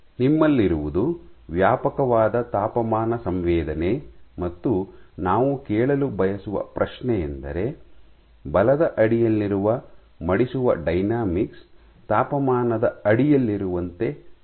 ನಿಮ್ಮಲ್ಲಿರುವುದು ವ್ಯಾಪಕವಾದ ತಾಪಮಾನ ಸಂವೇದನೆ ಮತ್ತು ನಾವು ಕೇಳಲು ಬಯಸುವ ಪ್ರಶ್ನೆಯೆಂದರೆ ಬಲದ ಅಡಿಯಲ್ಲಿರುವ ಮಡಿಸುವ ಡೈನಾಮಿಕ್ಸ್ ತಾಪಮಾನದ ಅಡಿಯಲ್ಲಿರುವಂತೆ ವರ್ತಿಸುತ್ತದೆಯೇ